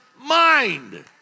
mind